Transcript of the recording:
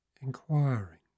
inquiring